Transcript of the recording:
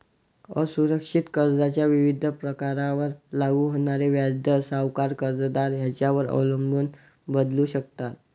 असुरक्षित कर्जाच्या विविध प्रकारांवर लागू होणारे व्याजदर सावकार, कर्जदार यांच्यावर अवलंबून बदलू शकतात